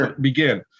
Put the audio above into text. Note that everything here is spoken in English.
begin